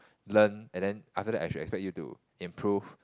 learn and then after that I should expect you to improve